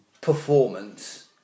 performance